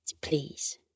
please